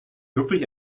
wirklich